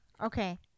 Okay